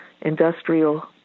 industrial